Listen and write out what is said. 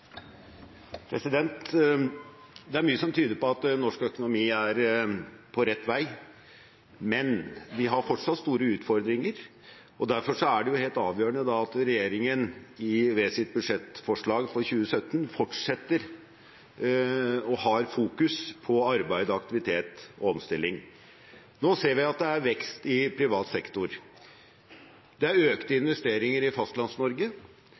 på rett vei, men vi har fortsatt store utfordringer. Derfor er det helt avgjørende at regjeringen ved sitt budsjettforslag for 2017 fortsetter å ha fokus på arbeid, aktivitet og omstilling. Nå ser vi at det er vekst i privat sektor, det er økte investeringer i